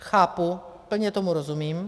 Chápu, plně tomu rozumím.